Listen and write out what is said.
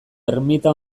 ermita